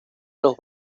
los